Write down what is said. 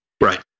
Right